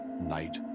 night